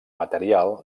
material